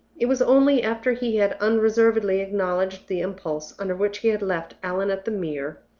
it was only after he had unreservedly acknowledged the impulse under which he had left allan at the mere,